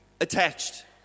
attached